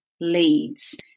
Leeds